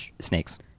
Snakes